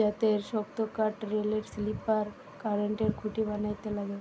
জাতের শক্তকাঠ রেলের স্লিপার, কারেন্টের খুঁটি বানাইতে লাগে